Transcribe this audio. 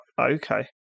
Okay